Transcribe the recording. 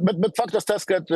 bet bet faktas tas kad